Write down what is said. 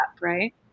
right